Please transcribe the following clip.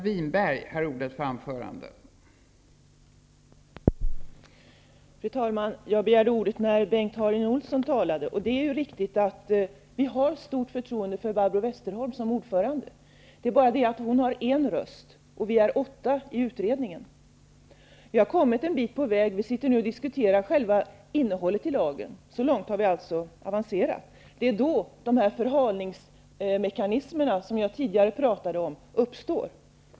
Fru talman! Jag begärde ordet när Bengt Harding Olson talade. Det är riktigt att vi har stort förtroende för Barbro Westerholm som ordförande. Det är bara det att hon har endast en röst och vi är åtta i utredningen. Vi har kommit en bit på väg. Vi diskuterar nu själva innehållet i lagen. Så långt har vi alltså avancerat. Det är då förhalningsmekanismerna, som jag tidigare pratade om, uppstår.